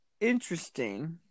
interesting